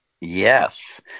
Yes